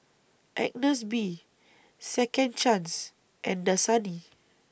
Agnes B Second Chance and Dasani